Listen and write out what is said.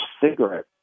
cigarette